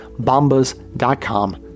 bombas.com